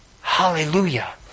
Hallelujah